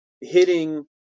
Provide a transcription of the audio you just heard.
hitting